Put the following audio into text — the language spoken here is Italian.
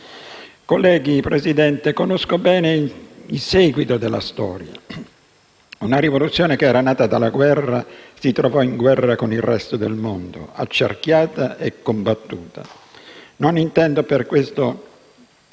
Colleghi, Presidente, conosco bene il seguito della storia. Una rivoluzione, che era nata dalla guerra, si trovò in guerra con il resto del mondo, accerchiata e combattuta. Non intendo, per questo,